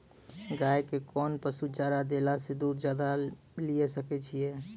गाय के कोंन पसुचारा देला से दूध ज्यादा लिये सकय छियै?